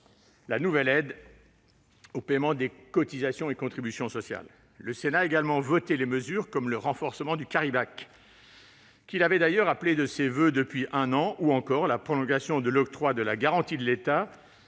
la nouvelle aide au paiement des cotisations et contributions sociales. Le Sénat a également voté des mesures comme le renforcement du, qu'il appelait d'ailleurs de ses voeux depuis un an, ou encore la prolongation de l'octroi de la garantie de l'État